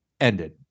ended